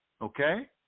Okay